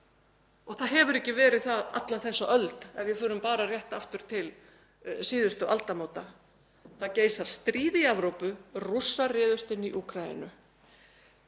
og það hefur ekki verið það alla þessa öld ef við förum bara rétt aftur til síðustu aldamóta. Það geisar stríð í Evrópu. Rússar réðust inn í Úkraínu.